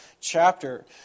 chapter